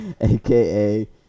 aka